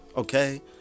okay